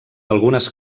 algunes